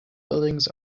buildings